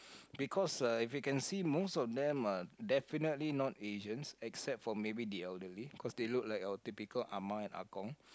because uh if you can see most of them are definitely not Asians except for maybe the elderly cause they look like our typical ah ma and ah gong